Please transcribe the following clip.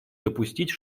допустить